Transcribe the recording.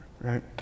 right